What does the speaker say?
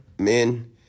men